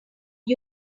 use